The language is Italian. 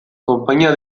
compagnia